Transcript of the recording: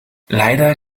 leider